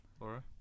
laura